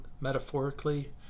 metaphorically